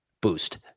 boost